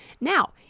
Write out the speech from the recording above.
Now